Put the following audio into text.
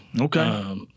Okay